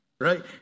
Right